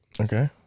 Okay